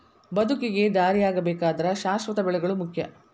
ಬದುಕಿಗೆ ದಾರಿಯಾಗಬೇಕಾದ್ರ ಶಾಶ್ವತ ಬೆಳೆಗಳು ಮುಖ್ಯ